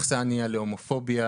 אכסנייה להומופוביה,